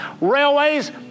railways